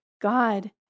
God